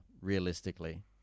realistically